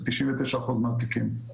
ב-99 אחוזים מהמקרים.